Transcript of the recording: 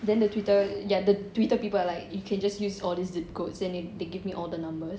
then the twitter ya the twitter people are like you can just use all this zip codes then they just give me like all all the numbers